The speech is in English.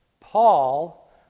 Paul